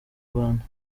rwanda